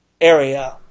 area